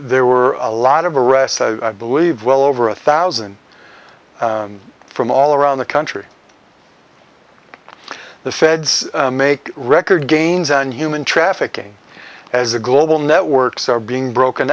there were a lot of arrests believe well over a thousand from all around the country the feds make record gains on human trafficking as a global networks are being broken